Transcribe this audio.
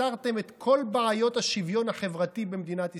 פתרתם את כל בעיות השוויון החברתי במדינת ישראל,